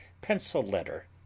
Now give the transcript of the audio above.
pencil-letter